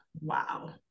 wow